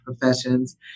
professions